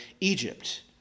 Egypt